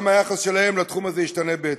גם היחס שלהם לתחום ישתנה בהתאם.